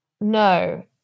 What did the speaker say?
No